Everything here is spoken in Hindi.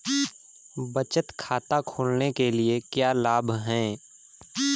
बचत खाता खोलने के क्या लाभ हैं?